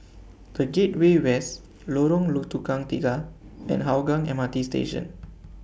The Gateway West Lorong Tukang Tiga and Hougang M R T Station